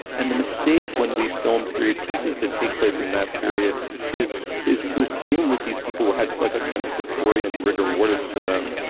and the mistake when we film period pieces that take place in that period is is to assume that these people were had like a kind of victorian rigor mortis to them.